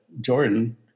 Jordan